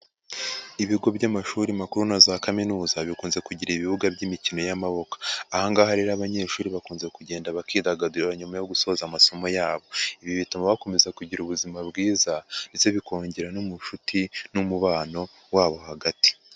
Ibigo by'amashuri makuru na za kaminuza bikunze kugira ibibuga by'imikino y'amaboko, aha ngaha rero abanyeshuri bakunze kugenda bakidagadura nyuma yo gusoza amasomo yabo, ibi bituma bakomeza kugira ubuzima bwiza ndetse bikongera n'ubucuti n'umubano wabo hagati.